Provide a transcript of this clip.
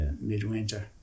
midwinter